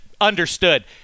understood